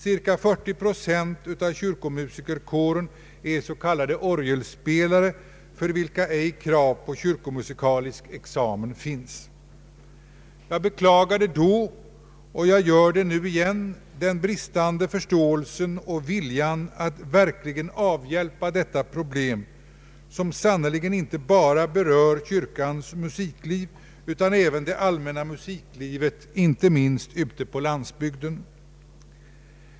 Cirka 40 procent av kyrkomusikerkåren är s.k. orgelspelare, för vilka krav på kyrkomusikalisk examen ej uppställs. Jag beklagade då, och jag gör det nu igen, den bristande förståelsen och viljan att verkligen lösa detta problem, som sannerligen inte berör bara kyrkans musikliv utan även det allmänna musiklivet, inte minst ute på landsbygden.